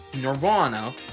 Nirvana